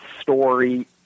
story